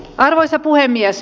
arvoisa puhemies